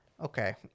okay